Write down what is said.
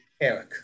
Eric